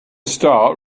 start